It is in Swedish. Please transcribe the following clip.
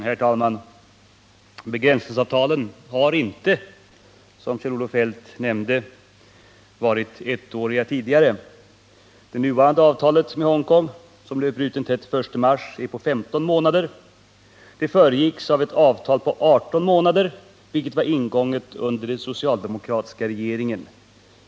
Herr talman! Begränsningsavtalen har inte, som Kjell-Olof Feldt sade, varit ettåriga tidigare. Det nuvarande avtalet med Hongkong, som löper ut den 31 mars, är på 15 månader. Det föregicks av ett avtal på 18 månader, vilket var ingånget under den socialdemokratiska regeringens tid.